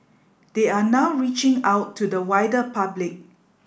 they are now reaching out to the wider public